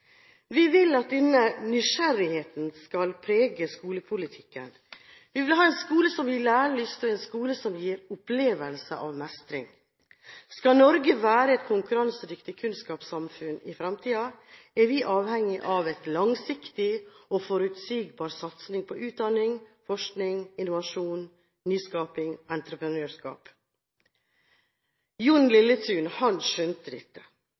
Vi vil at denne nysgjerrigheten skal prege skolepolitikken. Vi vil ha en skole som gir lærelyst, en skole som gir en opplevelse av mestring. Skal Norge være et konkurransedyktig kunnskapssamfunn i fremtiden, er vi avhengig av en langsiktig og forutsigbar satsing på utdanning, forskning, innovasjon, nyskaping og entreprenørskap. Jon Lilletun skjønte dette.